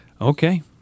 okay